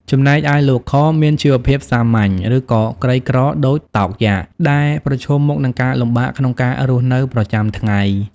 ចំណែកឯលោក ខ មានជីវភាពសាមញ្ញ ឬក៏ក្រីក្រដូចតោកយ៉ាក ដែលប្រឈមមុខនឹងការលំបាកក្នុងការរស់នៅប្រចាំថ្ងៃ។